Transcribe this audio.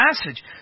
passage